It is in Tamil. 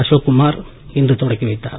அசோக் குமார் இன்று தொடக்கி வைத்தார்